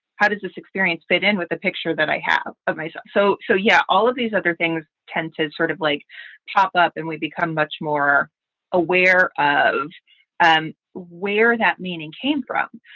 how does this experience fit in with the picture that i have of myself? so. so, yeah, all of these other things tend to sort of like pop up and we become much more aware of and where that meaning came from.